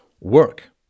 work